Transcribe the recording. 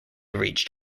reached